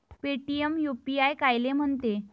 Paytm UPI कायले म्हनते?